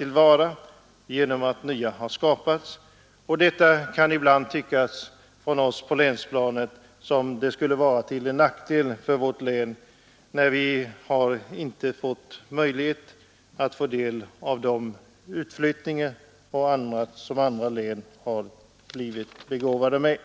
För oss i länet verkar det ibland som om detta vore till nackdel, eftersom vi inte fått del av de lokaliseringar som andra län begåvats med.